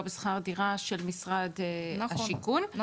בשכר דירה של משרד השיכון --- נכון,